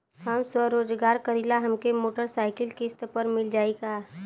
हम स्वरोजगार करीला हमके मोटर साईकिल किस्त पर मिल जाई का?